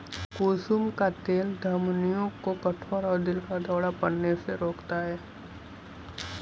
कुसुम का तेल धमनियों को कठोर और दिल का दौरा पड़ने से रोकता है